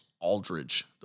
Aldridge